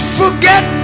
forget